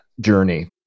journey